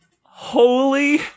Holy